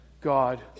God